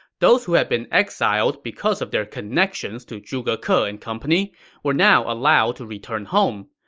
those who had been exiled because of their connections to zhuge ke ah and company were now allowed to return home.